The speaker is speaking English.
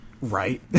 right